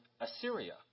Assyria